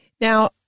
Now